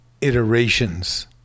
iterations